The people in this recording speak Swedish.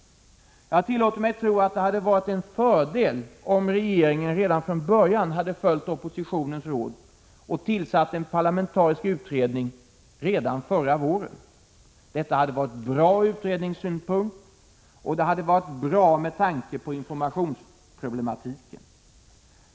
Jag tillåter mig tro att det hade varit en fördel om regeringen redan från början hade följt oppositionens råd och tillsatt en parlamentarisk utredning redan förra våren. Detta hade varit bra ur utredningssynpunkt, och det hade varit bra med tanke på informationsproblematiken.